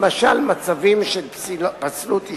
למשל מצבים של פסלות אישית,